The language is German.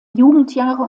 jugendjahre